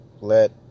let